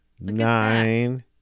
Nine